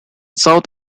south